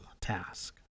task